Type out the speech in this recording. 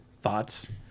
thoughts